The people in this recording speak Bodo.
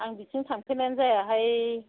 आं बिथिं थांफेरनायानो जायाहाय